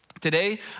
Today